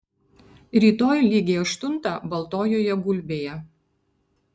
rytoj lygiai aštuntą baltojoje gulbėje